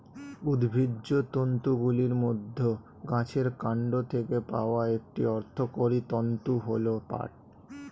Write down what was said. উদ্ভিজ্জ তন্তুগুলির মধ্যে গাছের কান্ড থেকে পাওয়া একটি অর্থকরী তন্তু হল পাট